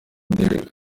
derek